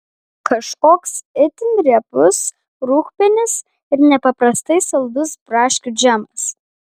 kažkoks itin riebus rūgpienis ir nepaprastai saldus braškių džemas